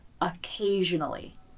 occasionally